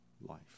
life